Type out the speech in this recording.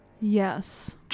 Yes